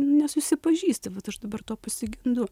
nesusipažįsti vat aš dabar to pasigendu